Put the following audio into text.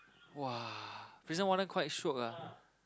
!wah! prison warden quite shiok ah